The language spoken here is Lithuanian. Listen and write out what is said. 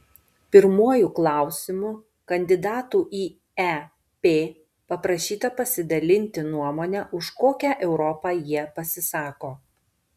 pirmuoju klausimu kandidatų į ep paprašyta pasidalinti nuomone už kokią europą jie pasisako